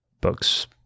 books